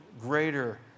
greater